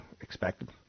expected